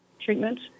treatments